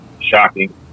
Shocking